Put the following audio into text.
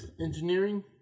engineering